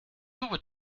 turbo